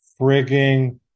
frigging